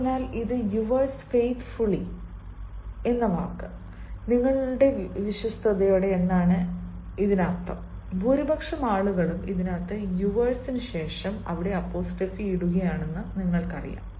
അതിനാൽ ഇത് yours faithfully നിങ്ങളുടെ വിശ്വസ്തതയോടെ എന്നാൽ ഭൂരിപക്ഷം ആളുകളും യുവേഴ്സ് ശേഷം അവർ അപ്പോസ്ട്രോഫി ഇടുകയാണെന്ന് നിങ്ങൾക്കറിയാം